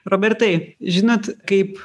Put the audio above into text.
robertai žinot kaip